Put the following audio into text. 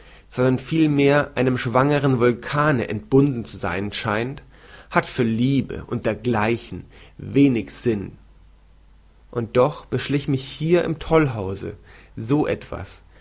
sondern vielmehr einem schwangern vulkane entbunden zu sein scheint hat für liebe und dergleichen wenig sinn und doch beschlich mich hier im tollhause so etwas